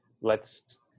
lets –